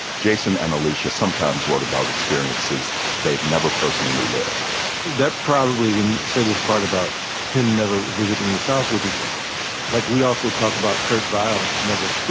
jason and alicia sometimes wrote about experiences they've never personally lived that probably when you say this part about him never visiting the south, which is like we also talk about kurt vile, never,